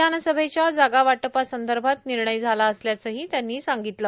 विधानसभेच्या जागावाटपासंदर्भात निर्णय झाला असल्याचंही त्यांनी सांगितलं